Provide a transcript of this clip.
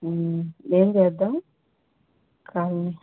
ఏం చేద్దాము కాల్నీ